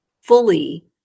fully